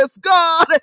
God